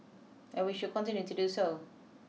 and we should continue to do so